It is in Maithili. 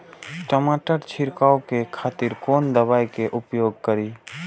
टमाटर छीरकाउ के खातिर कोन दवाई के उपयोग करी?